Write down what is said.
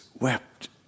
wept